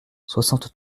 soixante